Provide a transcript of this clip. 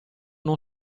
non